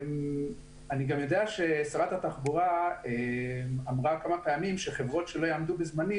אני גם יודע ששרת התחבורה אמרה כמה פעמים שחברות שלא יעמדו בזמנים,